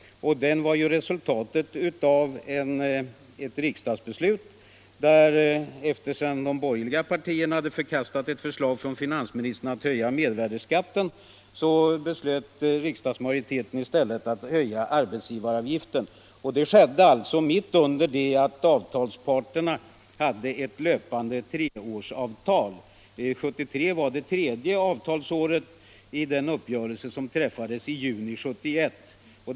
Den var resultatet av ett riksdagsbeslut. Sedan de borgerliga partierna hade förkastat ett förslag från finansministern om att höja mervärdeskatten beslöt riksdagsmajoriteten i stället att höja arbetsgivaravgiften. Detta inträffade alltså mitt under det att avtalsparterna hade ett löpande treårsavtal. 1973 var nämligen det tredje avtalsåret i den uppgörelse som hade träffats i juni 1971.